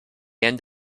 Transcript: end